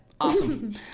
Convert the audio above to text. Awesome